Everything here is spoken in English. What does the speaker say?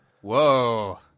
Whoa